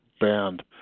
banned